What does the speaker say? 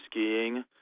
skiing